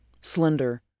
slender